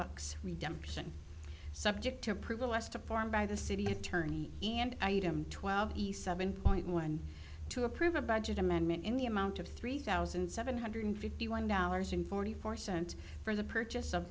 bucks redemption subject to approval as to form by the city attorney and item twelve east seven point one two approve a budget amendment in the amount of three thousand seven hundred fifty one dollars and forty four cent for the purchase